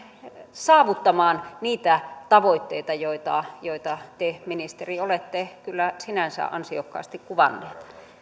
saavuttamaan niitä tavoitteita joita joita te ministeri olette kyllä sinänsä ansiokkaasti kuvanneet